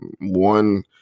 one